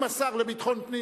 אם השר לביטחון פנים,